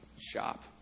Shop